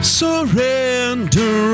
surrender